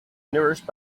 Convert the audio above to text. nourished